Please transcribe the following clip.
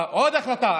עוד החלטה,